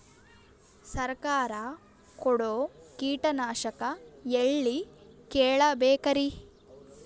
ಸರಕಾರ ಕೊಡೋ ಕೀಟನಾಶಕ ಎಳ್ಳಿ ಕೇಳ ಬೇಕರಿ?